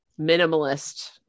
minimalist